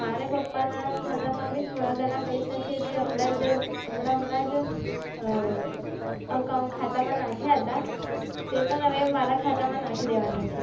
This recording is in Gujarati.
મારે પપ્પાના ખાતામાં બી થોડા ઘણા પૈસા છે જે હમણાં જે હમણાં હમણાં જ ખાતામાં નાખ્યા હતા તે પણ હવે મારા ખાતામાં નાખી દેવાના છે